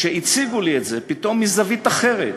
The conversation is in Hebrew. כשהציגו לי פתאום זווית אחרת,